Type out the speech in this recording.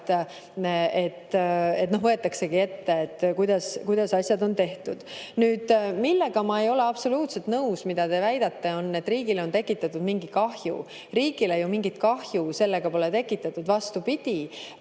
võetaksegi ette see, kuidas asjad on tehtud. Nüüd, ma ei ole absoluutselt nõus sellega, mida te väidate, et riigile on tekitatud mingi kahju. Riigile ju mingit kahju sellega pole tekitatud. Vastupidi,